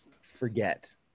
forget